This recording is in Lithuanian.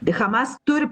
hamas turi